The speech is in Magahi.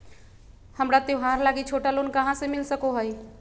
हमरा त्योहार लागि छोटा लोन कहाँ से मिल सको हइ?